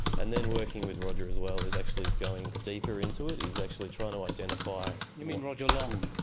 and then working with roger as well who's actually going deeper into it, is actually trying to identify. you mean roger long?